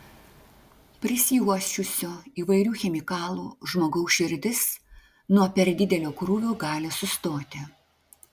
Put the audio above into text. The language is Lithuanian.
prisiuosčiusio įvairių chemikalų žmogaus širdis nuo per didelio krūvio gali sustoti